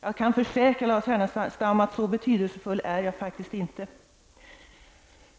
Jag kan försäkra Lars Ernestam att så betydelsefull är jag faktiskt inte.